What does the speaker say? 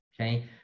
Okay